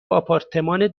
آپارتمان